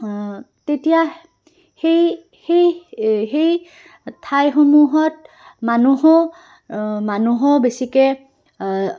তেতিয়া সেই সেই সেই ঠাইসমূহত মানুহো মানুহো বেছিকৈ